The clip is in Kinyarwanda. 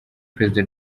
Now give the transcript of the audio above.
perezida